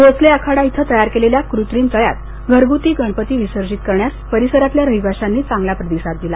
भोसले आखाडा इथ तयार केलेल्या कृत्रिम तळ्यात घरगुती गणपती विसर्जित करण्यास परिसरातल्या रहिवाशांनी चांगला प्रतिसाद दिला